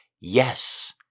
yes